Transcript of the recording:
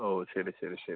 ഓ ശരി ശരി ശരി